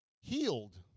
healed